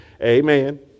Amen